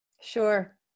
Sure